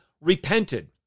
repented